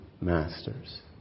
masters